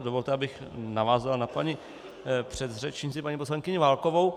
Dovolte, abych navázal na předřečnici paní poslankyni Válkovou.